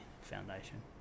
Foundation